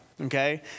Okay